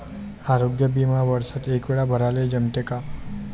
आरोग्य बिमा वर्षात एकवेळा भराले जमते का?